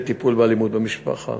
לטיפול באלימות במשפחה